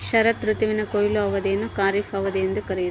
ಶರತ್ ಋತುವಿನ ಕೊಯ್ಲು ಅವಧಿಯನ್ನು ಖಾರಿಫ್ ಅವಧಿ ಎಂದು ಕರೆಯುತ್ತಾರೆ